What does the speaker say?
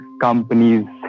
companies